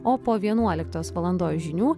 o po vienuoliktos valandos žinių